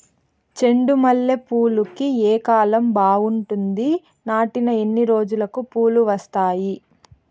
చెండు మల్లె పూలుకి ఏ కాలం బావుంటుంది? నాటిన ఎన్ని రోజులకు పూలు వస్తాయి?